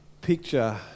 picture